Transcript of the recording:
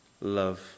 Love